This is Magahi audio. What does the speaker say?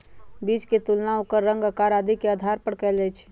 बीज के तुलना ओकर रंग, आकार आदि के आधार पर कएल जाई छई